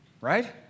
right